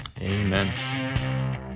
Amen